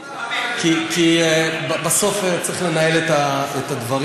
אתה אמרת, כי בסוף צריך לנהל את הדברים.